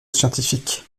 scientifique